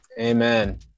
amen